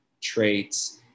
traits